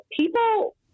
people